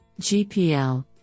GPL